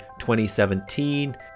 2017